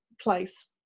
place